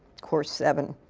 course seven.